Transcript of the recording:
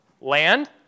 Land